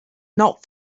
not